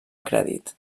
crèdit